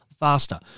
faster